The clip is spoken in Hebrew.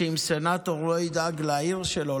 שאם סנטור לא ידאג לעיר שלו,